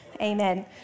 Amen